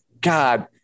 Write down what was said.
God